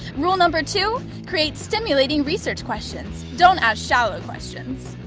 rule number two create stimulating research questions, don't ask shallow questions.